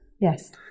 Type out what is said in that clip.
yes